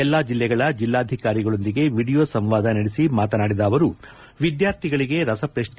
ಎಲ್ಲಾ ಜಲ್ಲೆಗಳ ಜಿಲ್ಲಾಧಿಕಾರಿಗಳೊಂದಿಗೆ ವಿಡಿಯೋ ಸಂವಾದ ನಡೆಸಿ ಮಾತನಾಡಿದ ಅವರು ವಿದ್ಯಾರ್ಥಿಗಳಿಗೆ ರಸಪ್ರಕ್ಷೆ